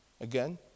again